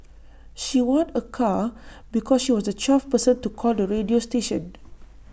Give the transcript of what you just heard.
she won A car because she was the twelfth person to call the radio station